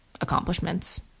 accomplishments